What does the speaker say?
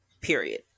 period